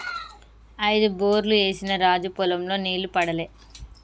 ఐదు బోర్లు ఏసిన రాజు పొలం లో నీళ్లు పడలే